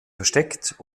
versteckt